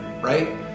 right